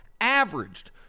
Averaged